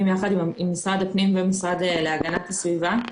יחד עם משרד הפנים ועם המשרד להגנת הסביבה.